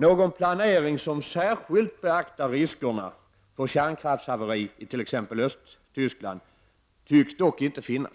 Någon planering som särskilt beaktar riskerna för kärnkraftshaveri i t.ex. Östtyskland tycks dock inte finnas.